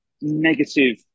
negative